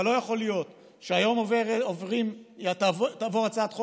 אבל לא יכול להיות שהיום תעבור הצעת חוק